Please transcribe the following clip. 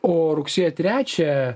o rugsėjo trečią